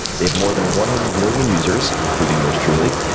they have more than one hundred million users, including yours truly,